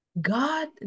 God